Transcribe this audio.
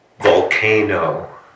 volcano